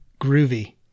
Groovy